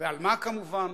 ועל מה, כמובן?